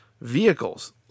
vehicles